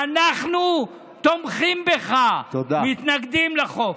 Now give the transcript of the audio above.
ואנחנו תומכים בך ומתנגדים לחוק.